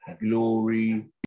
glory